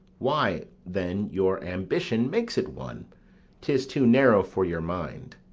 why, then, your ambition makes it one tis too narrow for your mind.